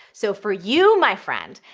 so, for you, my friend,